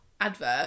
advert